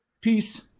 Peace